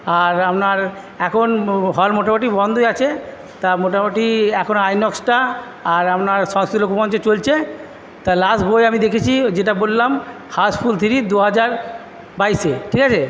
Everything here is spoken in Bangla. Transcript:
আর আপনার এখন হল মোটামোটি বন্ধই আছে তা মোটামোটি এখন আইনক্সটা আর আপনার সংস্কৃত লোকমঞ্চে চলছে তা লাস্ট বই আমি দেখেছি ওই যেটা বললাম হাউসফুল থ্রি দুহাজার বাইশে ঠিক আছে